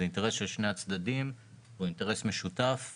זה אינטרס של שני הצדדים או אינטרס משותף.